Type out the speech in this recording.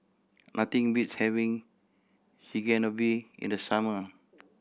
nothing beats having Chigenabe in the summer